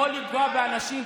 יכול לפגוע באנשים,